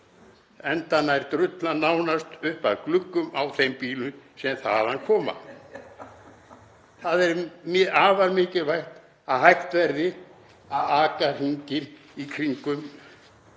enda nær drullan nánast upp að gluggum á þeim bílum sem þaðan koma. Það er afar mikilvægt að hægt verði að aka hringinn í kringum